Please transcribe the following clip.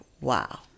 wow